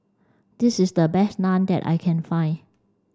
this is the best Naan that I can find